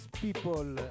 people